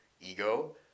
ego